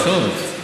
יש עוד?